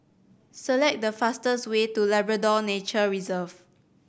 select the fastest way to Labrador Nature Reserve